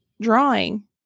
drawing